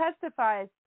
testifies